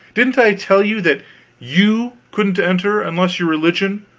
didn't i tell you that you couldn't enter unless your religion,